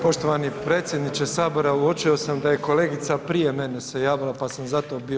Poštovani predsjedniče sabora uočio sam da je kolegica prije mene se javila, pa sam zato bio